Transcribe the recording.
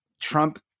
Trump